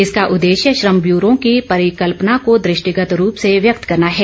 इसका उद्देश्य श्रम ब्यूरो की परिकल्पना को दृष्टिगत रूप से व्यक्त करना है